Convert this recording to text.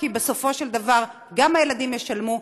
כי בסופו של דבר גם הילדים ישלמו,